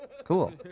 Cool